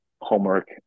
homework